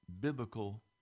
biblical